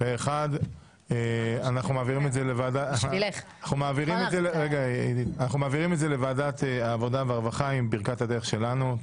אחד אושרה העברה לוועדת העבודה והרווחה עם ברכת הדרך שלנו.